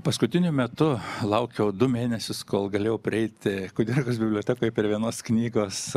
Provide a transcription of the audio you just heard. paskutiniu metu laukiau du mėnesius kol galėjau prieiti kudirkos bibliotekoj per vienos knygos